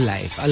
Life